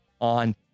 on